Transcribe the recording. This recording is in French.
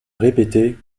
répéter